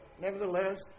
nevertheless